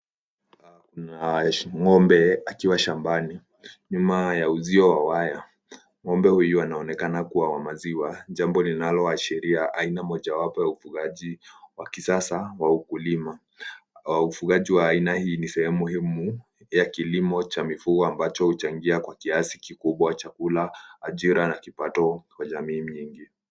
Kuna ng'ombe akiwa shambani nyuma ya uzio wa waya. Ng'ombe huyo anaonekana kuwa wa maziwa, jambo linaloashiria aina mojawapo ya ufugaji wa kisasa wa ukulima. Ufugaji wa aina hii ni sahemu muhimu ya kilimo cha mifugo ambacho huchangia kwa kiasi kikubwa cha chakula, ajira na kipato kwa jamii mingi.